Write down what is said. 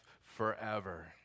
forever